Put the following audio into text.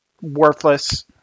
worthless